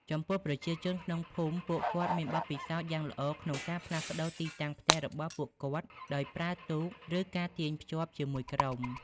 ចំពោះ ប្រជាជនក្នុងភូមិពួកគាត់មានបទពិសោធន៍យ៉ាងល្អក្នុងការផ្លាស់ប្ដូរទីតាំងផ្ទះរបស់ពួកគាត់ដោយប្រើទូក ឬការទាញភ្ជាប់គ្នាជាក្រុម។